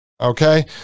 okay